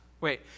Wait